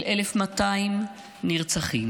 של 1,200 נרצחים,